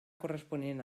corresponent